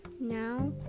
now